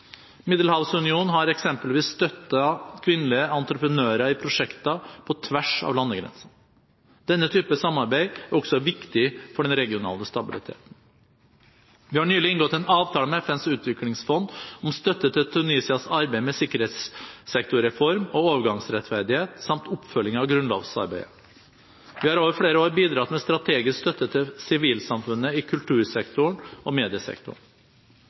Middelhavsunionen har eksempelvis støttet kvinnelige entreprenører i prosjekter på tvers av landegrensene. Denne typen samarbeid er også viktig for den regionale stabiliteten. Vi har nylig inngått en avtale med FNs utviklingsfond om støtte til Tunisias arbeid med sikkerhetssektorreform og overgangsrettferdighet samt oppfølging av grunnlovsarbeidet. Vi har over flere år bidratt med strategisk støtte til sivilsamfunnet i kultursektoren og mediesektoren.